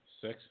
Six